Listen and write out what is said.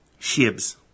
Shibs